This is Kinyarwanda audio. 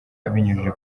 abinyujije